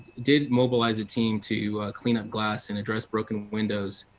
did mobilize a team to clean up glass and address broken windows,